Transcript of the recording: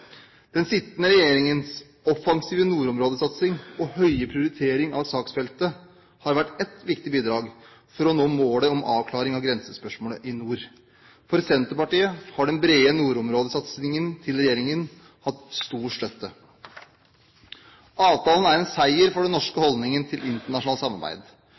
Den sittende regjeringens offensive nordområdesatsing og høye prioritering av saksfeltet har vært ett viktig bidrag for å nå målet om avklaring av grensespørsmålet i nord. I Senterpartiet har den brede nordområdesatsingen til regjeringen hatt stor støtte. Avtalen er en seier for den norske holdningen til internasjonalt samarbeid.